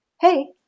hey